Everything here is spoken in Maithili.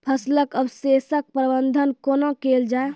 फसलक अवशेषक प्रबंधन कूना केल जाये?